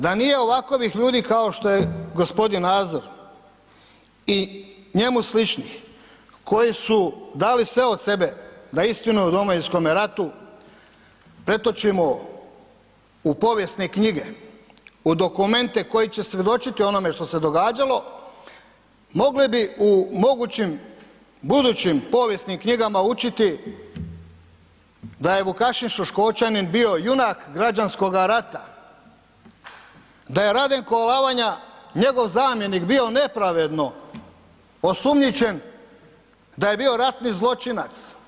Da nije ovakovih ljudi kao što je gospodin Nazor i njemu slični koji su dali sve od sebe da istinu o Domovinskome ratu pretočimo u povijesne knjige, u dokumente koji će svjedočiti o onome što se događalo, mogli bi u mogućim budućim povijesnim knjigama učiti da je Vukašin Šuškočanin bio junak građanskoga rata, da je Radenko Alavanja njegov zamjenik bio nepravedno osumnjičen da je bio ratni zločinac.